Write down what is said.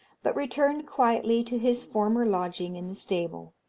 but returned quietly to his former lodging in the stable.